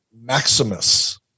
Maximus